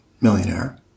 millionaire